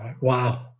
Wow